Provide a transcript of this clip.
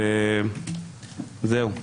וזהו.